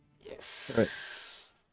Yes